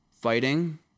fighting